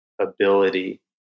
ability